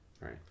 Right